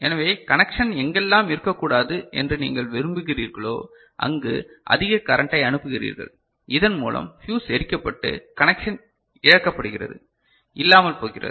எனவே கனெக்சன் எங்கெல்லாம் இருக்கக்கூடாது என்று நீங்கள் விரும்புகிறீர்களோ அங்கு அதிக கரண்ட்டை அனுப்புகிறீர்கள் இதன் மூலம் ஃபியூஸ் எரிக்கப்பட்டு கனெக்சன் இழக்கப்படுகிறது இல்லாமல்போகிறது